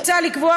מוצע לקבוע,